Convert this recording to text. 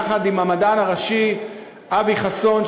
יחד עם המדען הראשי אבי חסון,